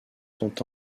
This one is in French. sont